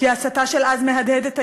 כי ההסתה של אז מהדהדת היום,